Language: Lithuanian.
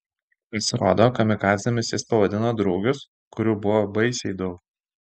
pasirodo kamikadzėmis jis pavadino drugius kurių buvo baisiai daug